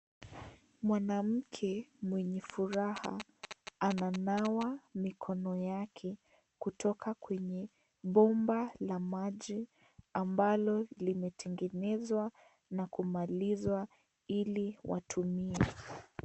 Mwanamke mwenye furaha, ananawa mikono yake, kutoka kwenye bomba la maji ambalo limetengenezwa na kumalizwa ili watumie.